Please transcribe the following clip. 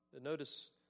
Notice